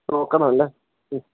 നോക്കണം അല്ലേ മ്